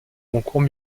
concours